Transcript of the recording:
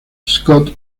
scott